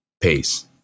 pace